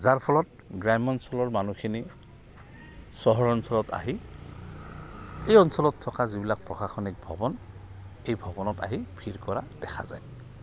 যাৰ ফলত গ্ৰাম্য অঞ্চলৰ মানুহখিনি চহৰ অঞ্চলত আহি এই অঞ্চলত থকা যিবিলাক প্ৰশাসনিক ভৱন এই ভৱনত আহি ভিৰ কৰা দেখা যায়